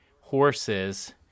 horses